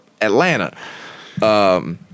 Atlanta